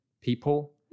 people